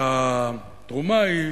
שהתרומה היא